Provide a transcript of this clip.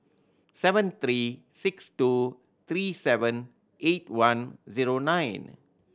seven three six two three seven eight one zero nine